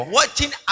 watching